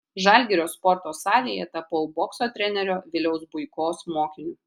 žalgirio sporto salėje tapau bokso trenerio viliaus buikos mokiniu